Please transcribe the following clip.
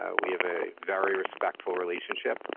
ah we have a very respectful relationship.